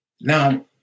Now